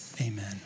Amen